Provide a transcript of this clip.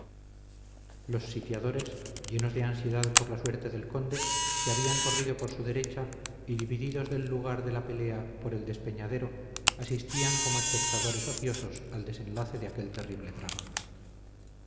los sitiadores llenos de ansiedad por la suerte del conde se habían corrido por su derecha y divididos del lugar de la pelea por el despeñadero asistían como espectadores ociosos al desenlace de aquel terrible drama